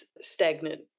stagnant